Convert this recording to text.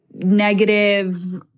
negative,